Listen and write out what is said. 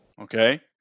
Okay